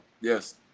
Yes